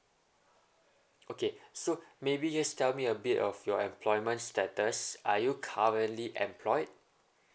okay so maybe just tell me a bit of your employment status are you currently employed